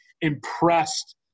impressed